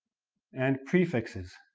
and prefixes.